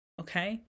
okay